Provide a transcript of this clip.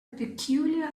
peculiar